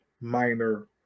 minor